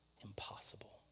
impossible